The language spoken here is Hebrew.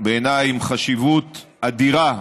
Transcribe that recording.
בעיניי חוק עם חשיבות אדירה.